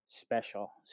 special